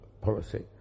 policy